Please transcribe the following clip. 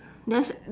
there's